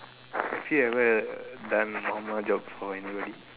have you ever done job before anybody